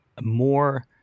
more